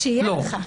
שיהיה לך.